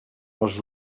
els